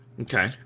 Okay